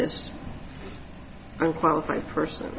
this i'm qualified person